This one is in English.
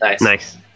Nice